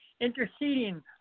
Interceding